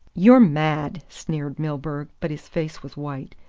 you're mad, sneered milburgh, but his face was white.